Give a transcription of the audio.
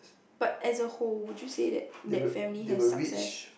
but as a whole would you say that that family has success